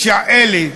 אלי,